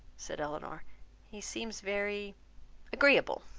said elinor he seems very agreeable.